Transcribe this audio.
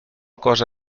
cosa